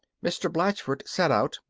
mr. blatchford set out,